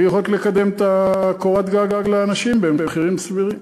בלי יכולת לקדם קורת גג לאנשים במחירים סבירים.